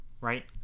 Right